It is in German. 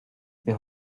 wir